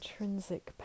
intrinsic